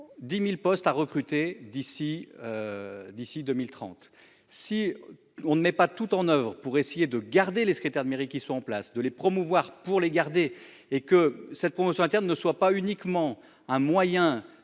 10.000 postes à recruter d'ici. D'ici 2030. Si on ne met pas tout en oeuvre pour essayer de garder les secrétaires de mairie qui sont en place, de les promouvoir pour les garder et que cette promotion interne ne soit pas uniquement un moyen